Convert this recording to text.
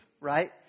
right